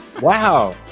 wow